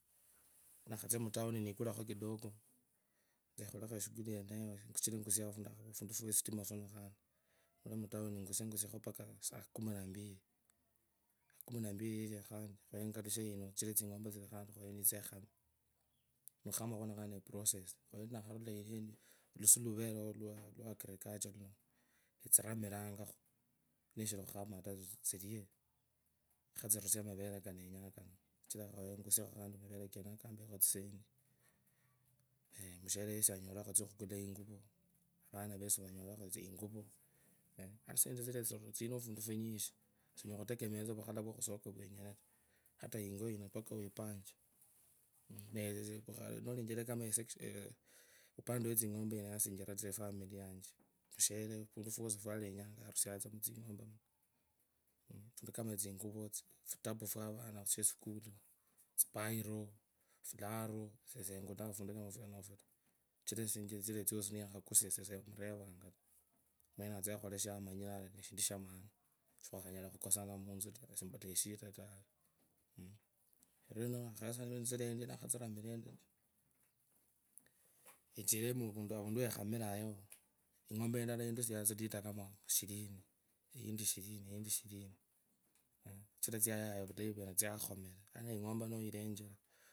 Nina khatsia mutown nikulekho kidogo etsa ekholekho shughuli yeneye sichira engusianga fundu few sitima funo fwasi engusie ngusiekho mpaka saa kumi na mbili sakuminambili ilia khenga lushee omanye tsing’ombe khandi khaye nitsie ekhamee okhukhama khuno khandi neprocasis lusuu luvereo lwo agriculture luno etsilamirakho tsilile khatsirwe mavere manyinji. Kachiru kanyaha engusiekho mavere kenako enyorekho tsokhukula inguvu sasa tsisendi tsinetso tsine fundu funyinji ata yingo yino mpaka wipancheo sector ye tsing’ombe yino yasinjirira tsa efamili yanje musherefundu fwasi fwalenyanga arusia tsa mutsing’ombee khukosana mutsu taa ninakhatsiramira endio enjire avundu wekhamiranga yao ng’ombe indi ng’ombe indala indusioa tsilitre kama shirini eyina shirini eyindi shirini sichira tsa yaya vulayi vwena tsakhqmera ing’ombe noyirechera.